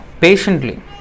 patiently